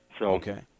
okay